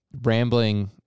rambling